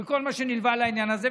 עם כל מה שנלווה לעניין הזה.